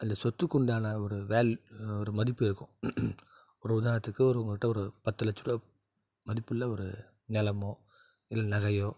அதில் சொத்துக்கு உண்டான ஒரு வேல் ஒரு மதிப்பு இருக்கும் ஒரு உதாரணத்துக்கு ஒரு உங்கள்கிட்ட ஒரு பத்துலட்சரூபா மதிப்புள்ள ஒரு நிலமோ இல்லை நகையோ